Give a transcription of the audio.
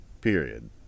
period